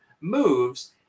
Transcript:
moves